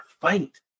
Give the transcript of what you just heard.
fight